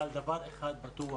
אבל דבר אחד בטוח,